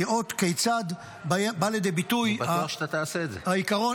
לראות כיצד בא לידי ביטוי העיקרון --- אני בטוח שאתה תעשה את זה.